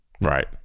Right